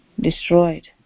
destroyed